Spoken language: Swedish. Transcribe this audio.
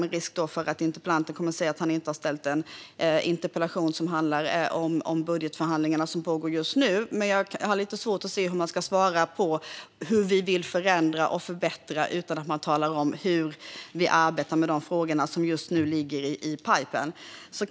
Det finns en risk att interpellanten kommer att säga att han inte har ställt en interpellation om de budgetförhandlingar som pågår just nu, men jag har lite svårt att se hur man ska svara på hur vi vill förändra och förbättra utan att tala om hur vi arbetar med de frågor som just nu ligger i pipeline.